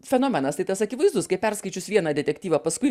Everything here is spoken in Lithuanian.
fenomenas tai tas akivaizdus kai perskaičius vieną detektyvą paskui